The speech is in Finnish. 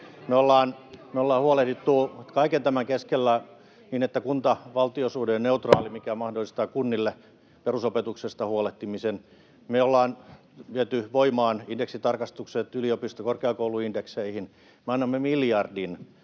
me ollaan huolehdittu kaiken tämän keskellä siitä, että kunta—valtio-suhde on neutraali, mikä mahdollistaa kunnille perusopetuksesta huolehtimisen. Me ollaan viety voimaan indeksitarkastukset yliopisto-, korkeakouluindekseihin. Me annamme miljardin